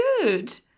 good